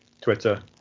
Twitter